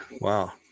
Wow